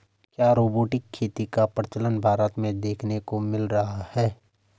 क्या रोबोटिक खेती का प्रचलन भारत में देखने को मिल रहा है?